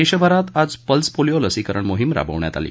देशभरात आज pulse polio लसीकरण मोहीम राबवण्यात आली